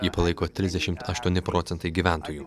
jį palaiko trisdešimt aštuoni procentai gyventojų